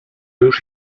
już